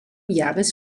jahres